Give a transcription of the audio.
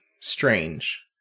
strange